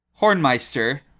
Hornmeister